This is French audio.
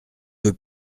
veux